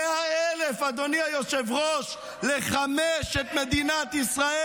להם, אדוני היושב-ראש, דם זורם בכפות ידיך.